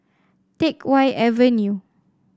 Teck Whye Avenue